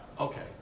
Okay